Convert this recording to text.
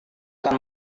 akan